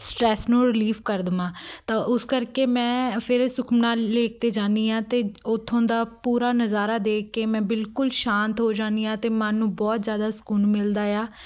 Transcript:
stress ਨੂੰ relief ਕਰ ਦੇਵਾਂ ਤਾਂ ਉਸ ਕਰਕੇ ਮੈਂ ਫਿਰ ਸੁਖਨਾ ਲੇਕ 'ਤੇ ਜਾਂਦੀ ਹਾਂ ਅਤੇ ਉੱਥੋਂ ਦਾ ਪੂਰਾ ਨਜ਼ਾਰਾ ਦੇਖ ਕੇ ਮੈਂ ਬਿਲਕੁਲ ਸ਼ਾਂਤ ਹੋ ਜਾਂਦੀ ਹਾਂ ਅਤੇ ਮਨ ਨੂੰ ਬਹੁਤ ਜ਼ਿਆਦਾ ਸਕੂਨ ਮਿਲਦਾ ਆ